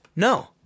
No